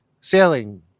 sailing